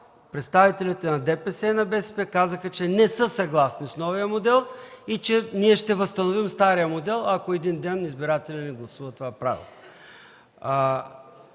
представителите на ДПС и БСП казаха, че не са съгласни с новия модел и ще възстановим стария модел, ако един ден избирателят ни гласува това право.